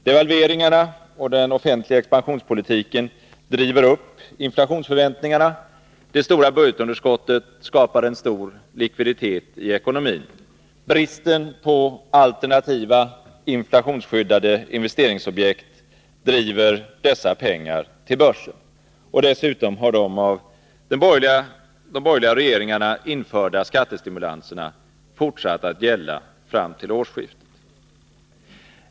Devalveringarna och den offentliga expansionspolitiken driver upp inflationsförväntningarna, och det stora budgetunderskottet skapar en stor likviditet i ekonomin. Bristen på alternativa inflationsskyddade investeringsobjekt driver dessa pengar till börsen. Dessutom har de av de borgerliga regeringarna införda skattestimulanserna fortsatt att gälla fram till årsskiftet.